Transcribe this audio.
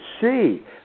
see